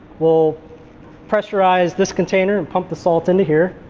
will pressurize this container and pump the salt into here.